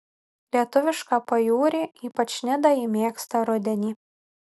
lietuvišką pajūrį ypač nidą ji mėgsta rudenį